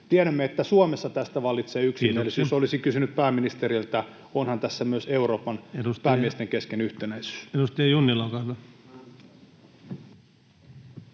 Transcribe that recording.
Tiedämme, että Suomessa tästä vallitsee yksimielisyys. Olisin kysynyt pääministeriltä: onhan tässä myös Euroopan päämiesten kesken yhtenäisyys? Kiitoksia. — Edustaja Junnila, olkaa hyvä.